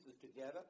together